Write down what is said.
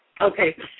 Okay